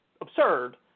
absurd